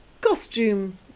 costume